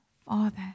Father